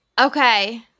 Okay